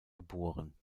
geboren